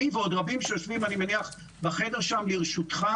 אני ואני מניח שעוד רבים שיושבים בחדר שם, לרשותך.